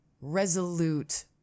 resolute